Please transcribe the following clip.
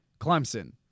Clemson